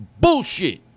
Bullshit